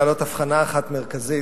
להעלות הבחנה אחת מרכזית,